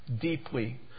deeply